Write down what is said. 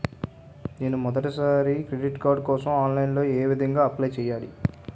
నేను మొదటిసారి credit card కోసం ఆన్లైన్ లో ఏ విధంగా అప్లై చేయాలి?